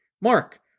Mark